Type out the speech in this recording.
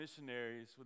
missionaries